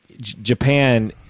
Japan